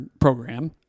program